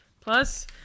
plus